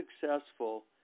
successful